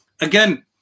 Again